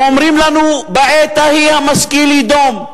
ואומרים לנו: בעת ההיא המשכיל יידום.